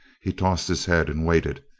he tossed his head and waited,